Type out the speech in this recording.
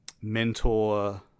mentor